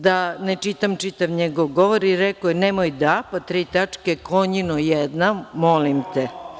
Da ne čitam čitav njegov govor, rekao je – „Nemoj da … konjino jedna, molim te.